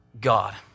God